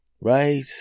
right